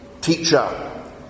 teacher